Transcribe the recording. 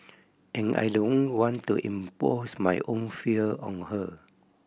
and I don't want to impose my own fear on her